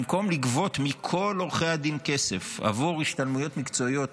במקום לגבות מכל עורכי הדין כסף עבור השתלמויות מקצועיות